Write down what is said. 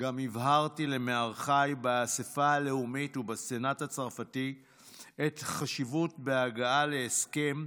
גם הבהרתי למארחיי באספה הלאומית ובסנאט הצרפתי את חשיבות ההגעה להסכם,